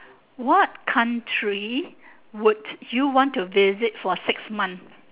what country would you want to visit for six months